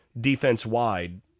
defense-wide